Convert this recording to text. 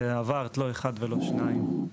ועברת לא אחד ולא שניים,